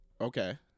Okay